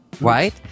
right